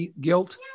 guilt